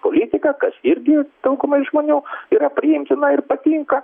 politiką kas irgi daugumai žmonių yra priimtina ir patinka